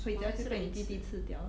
which I feel that 你弟弟吃掉